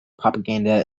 propaganda